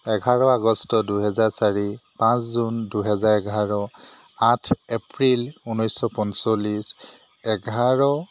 এঘাৰ আগষ্ট দুহেজাৰ চাৰি পাঁচ জুন দুহেজাৰ এঘাৰ আঠ এপ্ৰিল ঊনৈছশ পঞ্চল্লিছ এঘাৰ